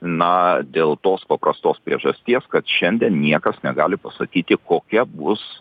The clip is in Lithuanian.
na dėl tos paprastos priežasties kad šiandien niekas negali pasakyti kokia bus